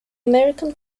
american